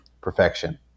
perfection